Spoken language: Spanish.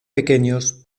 pequeños